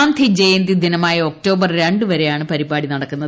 ഗാന്ധി ജയന്തി ദിനമായ ഒക്ടോബർ രണ്ടുവരെയാണ് പരിപാടി നടക്കുന്നത്